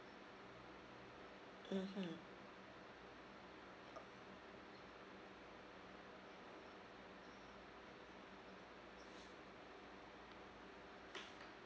mmhmm